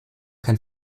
kein